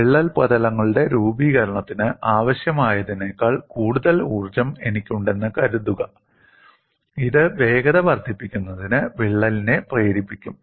വിള്ളൽ പ്രതലങ്ങളുടെ രൂപീകരണത്തിന് ആവശ്യമായതിനേക്കാൾ കൂടുതൽ ഊർജ്ജം എനിക്കുണ്ടെന്ന് കരുതുക ഇത് വേഗത വർദ്ധിപ്പിക്കുന്നതിന് വിള്ളലിനെ പ്രേരിപ്പിക്കും